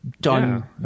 done